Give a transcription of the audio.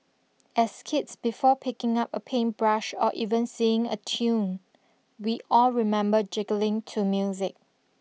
as kids before picking up a paintbrush or even singing a tune we all remember jiggling to music